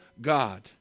God